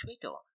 Twitter